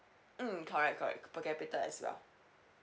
mm correct correct per capita as well